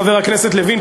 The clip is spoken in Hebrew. חבר הכנסת לוין,